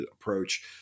approach